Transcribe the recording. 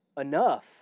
enough